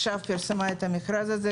פרסמה עכשיו את המכרז הזה,